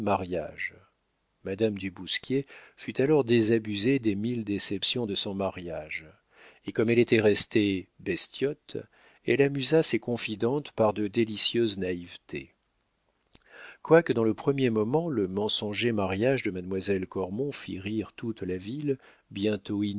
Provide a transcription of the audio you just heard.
madame du bousquier fut alors désabusée des mille déceptions de son mariage et comme elle était restée bestiote elle amusa ses confidentes par de délicieuses naïvetés quoique dans le premier moment le mensonger mariage de mademoiselle cormon fît rire toute la ville bientôt